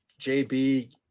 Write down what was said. JB